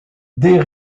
des